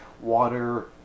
Water